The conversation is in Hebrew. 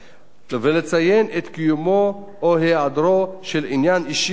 ולציין את קיומו או היעדרו של עניין אישי של